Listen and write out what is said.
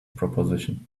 proposition